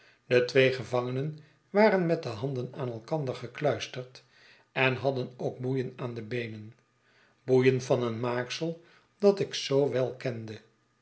de twee gevangenen waren met de handen aan elkander gekluisterd en hadden ook boeien aan de beenen boeien van een maaksel dat ik zoo wel kende